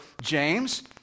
James